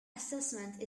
assessment